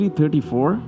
34